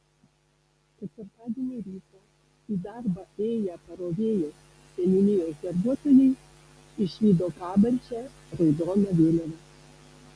ketvirtadienio rytą į darbą ėję parovėjos seniūnijos darbuotojai išvydo kabančią raudoną vėliavą